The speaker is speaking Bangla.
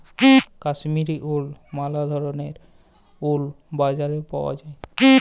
কাশ্মীর উল ম্যালা ধরলের উল বাজারে পাউয়া যায়